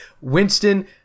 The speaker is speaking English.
Winston